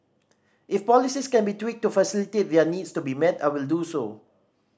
if policies can be tweaked to facilitate their needs to be met I will do so